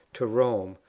to rome,